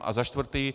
A za čtvrté.